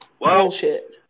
bullshit